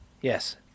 yes